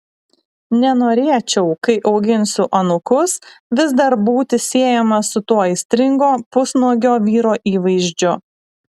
nenorėčiau kai auginsiu anūkus vis dar būti siejamas su tuo aistringo pusnuogio vyro įvaizdžiu